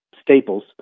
Staples